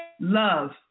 Love